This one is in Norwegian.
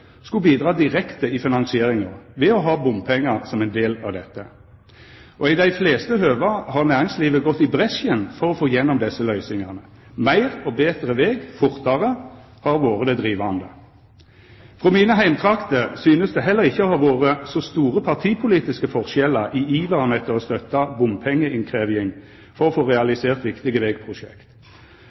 skulle bidra direkte i finansieringa ved å ha bompengar som ein del av dette. I dei fleste høva har næringslivet gått i bresjen for å få igjennom desse løysingane. Meir og betre veg fortare har vore det drivande. På mine heimtrakter synest det heller ikkje å ha vore så store partipolitiske forskjellar i iveren etter å støtta bompengeinnkrevjing for å få realisert viktige vegprosjekt.